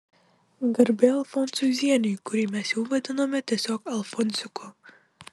garbė alfonsui zieniui kurį mes jau vadinome tiesiog alfonsiuku